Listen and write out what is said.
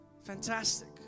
Fantastic